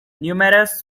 numerous